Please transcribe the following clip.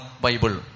Bible